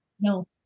No